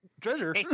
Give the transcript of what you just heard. Treasure